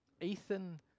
Ethan